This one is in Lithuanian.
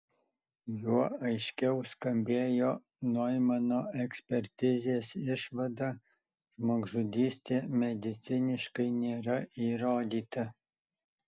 juo aiškiau skambėjo noimano ekspertizės išvada žmogžudystė mediciniškai nėra įrodyta